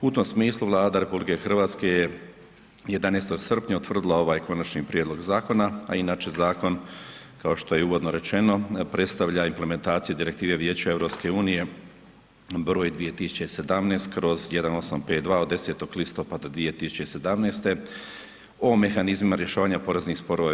U tom smislu Vlada RH je 11. srpnja utvrdila ovaj konačni prijedlog zakona a inače zakon kao što je i uvodno rečeno predstavlja implementaciju Direktive vijeća EU br. 2017/1852 od 10 listopada 2017. o mehanizmima rješavanja poreznih sporova u EU.